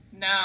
No